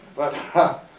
but,